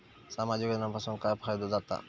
सामाजिक योजनांपासून काय फायदो जाता?